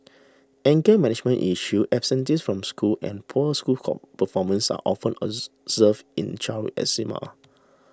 anger management issues absenteeism from school and poor school performance are often observed in child eczema